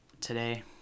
Today